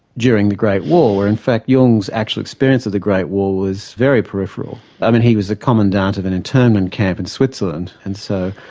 during the great war. where in fact jung's actual experience of the great war was very peripheral. i mean, he was a commandant of an internment camp in switzerland and so,